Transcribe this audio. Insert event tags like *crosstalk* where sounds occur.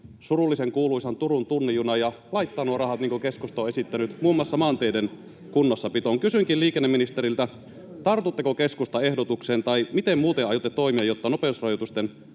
surullisenkuuluisan Turun tunnin junan ja laittaa nuo rahat, niin kuin keskusta on esittänyt, muun muassa maanteiden kunnossapitoon. Kysynkin liikenneministeriltä: tartutteko keskustan ehdotukseen, tai miten muuten aiotte toimia, *noise*